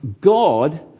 God